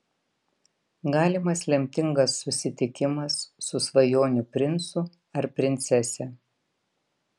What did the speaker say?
galimas lemtingas susitikimas su svajonių princu ar princese